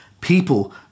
people